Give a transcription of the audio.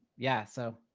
yeah, so.